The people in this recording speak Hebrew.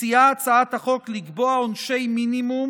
מציעה הצעת החוק לקבוע עונשי מינימום